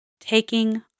Taking